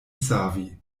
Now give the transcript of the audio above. savi